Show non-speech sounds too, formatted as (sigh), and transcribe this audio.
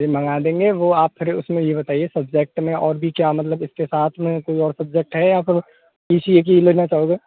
जी मँगा देंगे वो आप पहले उसमें ये बताइये सब्जेक्ट में और भी क्या मतलब इसके साथ में कोई और सब्जेक्ट है या (unintelligible) एक ही लेना चाहोगे